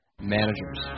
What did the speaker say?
Managers